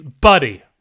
buddy